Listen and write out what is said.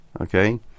okay